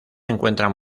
encuentran